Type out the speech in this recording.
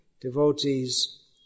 devotees